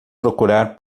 procurar